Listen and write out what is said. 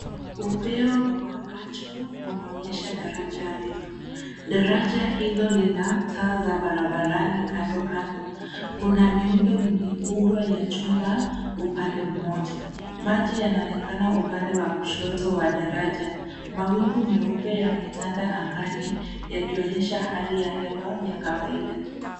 Upeo wa macho unaonyesha daraja refu. Daraja hilo lina taa za barabarani kando kando. Kuna miundo mikubwa ya chuma upande moja. Maji yanaonekana upande wa kushoto wa daraja. Mawingu meupe yametanda angani yakionyesha hali ya hewa ya kawaida.